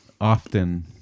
Often